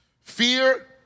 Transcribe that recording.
Fear